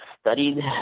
studied